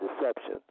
deception